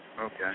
Okay